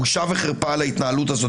בושה וחרפה על ההתנהלות הזאת.